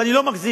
ואני לא מגזים.